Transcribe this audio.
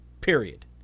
Period